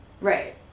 right